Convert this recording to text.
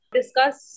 discuss